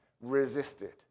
resisted